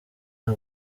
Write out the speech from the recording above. aba